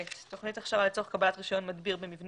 תוכנית הכשרה לצורך קבלת רישיון מדביר במבנים